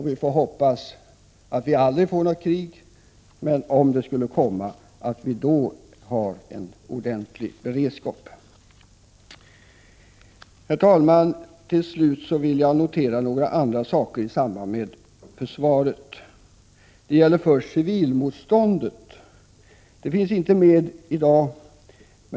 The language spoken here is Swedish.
Vi får hoppas att vi aldrig får något krig, men om det skulle komma får vi hoppas att vi har en ordentlig beredskap. Herr talman! Till slut vill jag notera några andra förhållanden i samband med försvaret. Det gäller först civilmotståndet, som inte tas upp i dag.